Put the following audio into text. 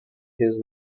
his